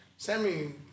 Sammy